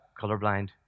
colorblind